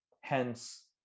Hence